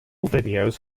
videos